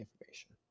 information